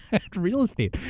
at real estate.